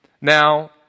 Now